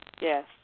Yes